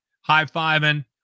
high-fiving